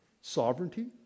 Sovereignty